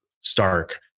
stark